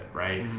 right.